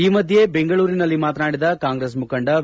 ಈ ಮಧ್ದೆ ಬೆಂಗಳೂರಿನಲ್ಲಿ ಮಾತನಾಡಿದ ಕಾಂಗ್ರೆಸ್ ಮುಖಂಡ ವಿ